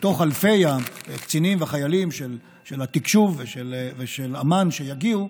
שמתוך אלפי הקצינים והחיילים של התקשוב ושל אמ"ן שיגיעו,